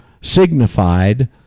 signified